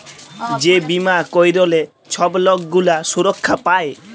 যে বীমা ক্যইরলে ছব লক গুলা সুরক্ষা পায়